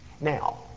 Now